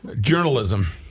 journalism